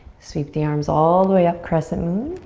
sweep the arms all the way up, crescent moon.